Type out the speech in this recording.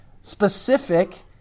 specific